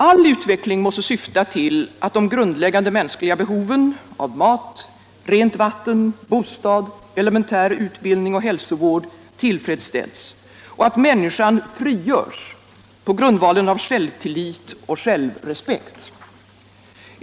All utveckling måste syfta till att de grundläggande mänskliga behoven av mat, rent vatten, bostad, elementär utbildning och hälsovård tillfredsställs och att människan frigörs på grundvalen av självtillit och självrespekt.